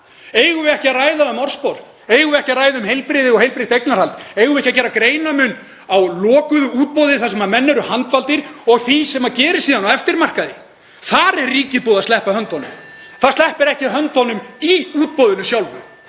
Eigum við ekki að ræða um orðspor? Eigum við ekki að ræða um heilbrigði og heilbrigt eignarhald? Eigum við að gera greinarmun á lokuðu útboði þar sem menn eru handvaldir og því sem gerist síðan á eftirmarkaði? Þar er ríkið búið að sleppa höndunum. Það sleppir ekki í höndunum í útboðinu sjálfu.